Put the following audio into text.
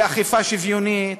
ואכיפה שוויונית,